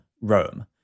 Rome